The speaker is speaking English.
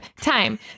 time